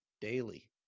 Daily